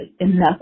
enough